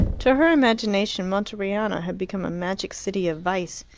to her imagination monteriano had become a magic city of vice,